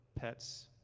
pets